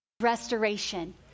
Restoration